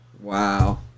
Wow